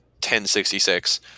1066